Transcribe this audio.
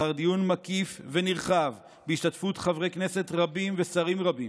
לאחר דיון מקיף ונרחב בהשתתפות חברי כנסת רבים ושרים רבים,